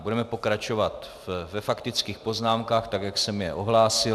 Budeme pokračovat ve faktických poznámkách tak, jak jsem je ohlásil.